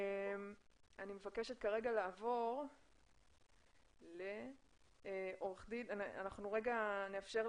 אני מבקשת כרגע לעבור לעורך דין יוסף